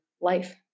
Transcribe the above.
life